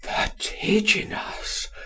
vertiginous